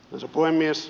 arvoisa puhemies